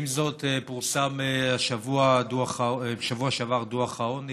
עם זאת, פורסם בשבוע שעבר דוח העוני